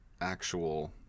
actual